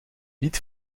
niet